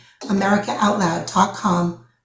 americaoutloud.com